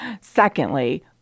Secondly